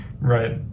right